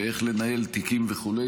איך לנהל תיקים וכו'.